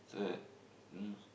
third um